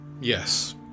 yes